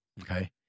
okay